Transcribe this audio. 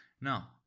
Now